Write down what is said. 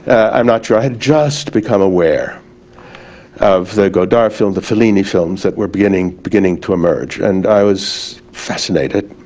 i'm not sure, i had just become aware of the gadar films, the fellini films, that were beginning beginning to emerge and i was fascinated.